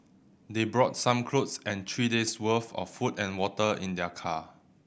they brought some clothes and three days' worth of food and water in their car